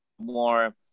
more